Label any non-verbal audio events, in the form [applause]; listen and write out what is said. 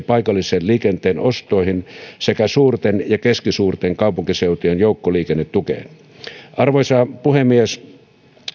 [unintelligible] paikallisen liikenteen ostoihin sekä suurten ja keskisuurten kaupunkiseutujen joukkoliikennetukeen arvoisa puhemies